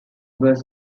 was